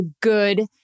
good